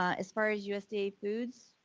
ah as far as usda foods,